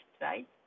right